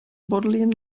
bodleian